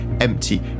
empty